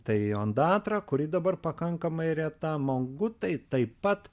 tai ondatra kuri dabar pakankamai reta mangutai taip pat